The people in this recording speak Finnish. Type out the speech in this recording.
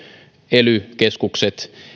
ely keskukset